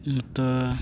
ಮತ್ತು